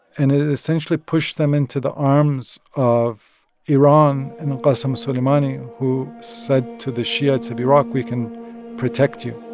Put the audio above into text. and it essentially pushed them into the arms of iran and qassem soleimani, who said to the shiites of iraq, we can protect you